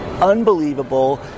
unbelievable